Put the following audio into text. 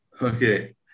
Okay